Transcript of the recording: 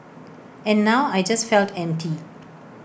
and now I just felt empty